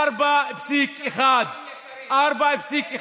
איזה משמעות יש לנתונים של המחירים היקרים?